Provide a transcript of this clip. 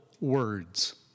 words